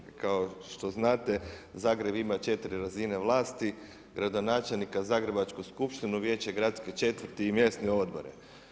Dakle kao što znate Zagreb ima četiri razine vlasti, gradonačelnika, Zagrebačku skupštinu, vijeće gradske četvrti i mjesne odbore.